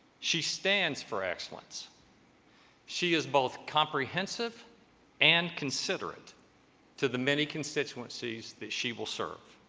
she stands for excellence she is both comprehensive and considerate to the many constituencies that she will serve